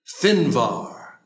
Finvar